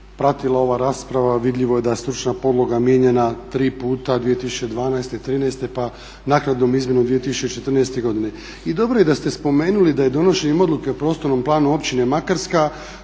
pratila ova rasprava vidljivo je da je stručna podloga mijenjana tri puta 2012., 2013.pa naknadnom izmjenom 2014.godine. I dobro je da ste spomenuli da je donošenjem odluke o prostornom planu općine Makarska